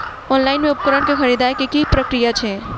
Online मे उपकरण केँ खरीदय केँ की प्रक्रिया छै?